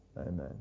Amen